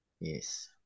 yes